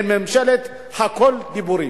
הם "ממשלת הכול דיבורים".